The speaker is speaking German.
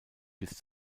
bis